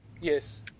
Yes